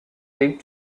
leaked